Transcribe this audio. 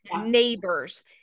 neighbors